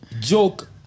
joke